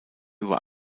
über